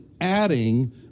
adding